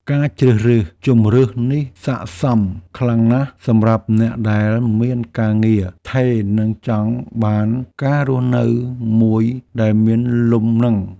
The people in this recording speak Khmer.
ការជ្រើសរើសជម្រើសនេះស័ក្តិសមខ្លាំងណាស់សម្រាប់អ្នកដែលមានការងារថេរនិងចង់បានការរស់នៅមួយដែលមានលំនឹង។